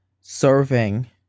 serving